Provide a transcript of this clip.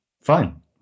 fine